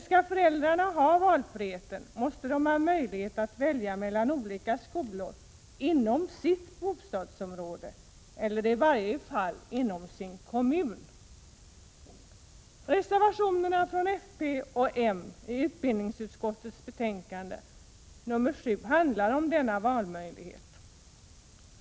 Skall föräldrarna ha valfrihet, måste de få möjlighet att välja mellan olika skolor inom sitt bostadsområde eller i varje fall inom sin kommun. Reservationerna från folkpartiet och moderaterna i utbildningsutskottets betänkande 7 handlar om denna valmöjlighet.